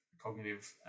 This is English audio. cognitive